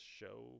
show